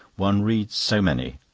one reads so many,